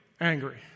angry